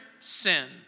Sin